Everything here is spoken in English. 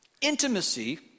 Intimacy